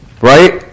Right